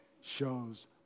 shows